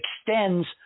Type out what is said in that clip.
extends